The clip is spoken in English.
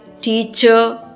teacher